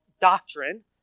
doctrine